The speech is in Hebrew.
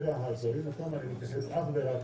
אני מתייחס אך ורק